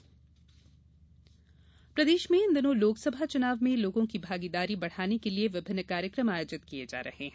मतदाता जागरुकता प्रदेश में इन दिनों लोकसभा चुनाव में लोगों की भागीदारी बढ़ाने के लिए विभिन्न कार्यक्रम आयोजित किये जा रहे हैं